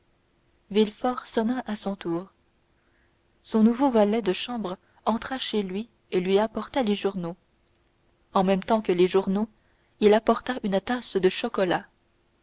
villefort sonna à son tour son nouveau valet de chambre entra chez lui et lui apporta les journaux en même temps que les journaux il apporta une tasse de chocolat